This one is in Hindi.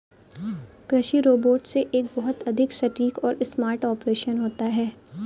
कृषि रोबोट से एक बहुत अधिक सटीक और स्मार्ट ऑपरेशन होता है